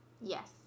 Yes